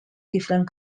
different